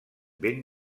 ben